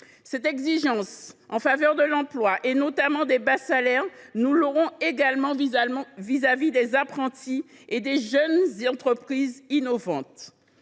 Cette exigence en faveur de l’emploi, notamment des bas salaires, nous l’aurons également concernant les apprentis et les jeunes entreprises innovantes.